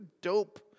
dope